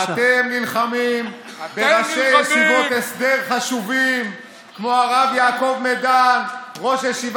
אתם נלחמים נגד הרב אליעזר מלמד שליט"א, בושה.